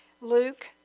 Luke